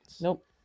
Nope